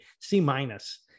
C-minus